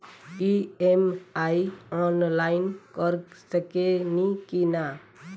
EMI online कर सकेनी की ना?